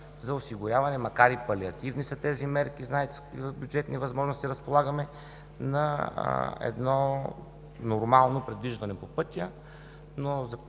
за осигуряване – макар и палиативни да са тези мерки, знаете с какви бюджетни възможности разполагаме – на едно нормално придвижване по пътя. Завършвам